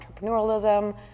entrepreneurialism